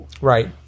Right